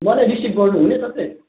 मलाई रिसिभ गर्नुहुने तपाईँ